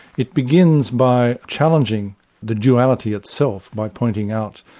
it begins by challenging the duality itself by pointing out,